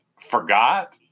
forgot